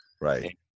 Right